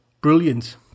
brilliant